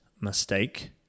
mistake